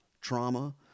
trauma